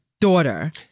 daughter